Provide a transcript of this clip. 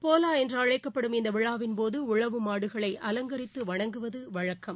போலாஎன்றஎழக்கப்படும் இந்தவிழாவின் போதுடழவு மாடுகளை அலங்கரித்துவணங்குவதுவழக்கம்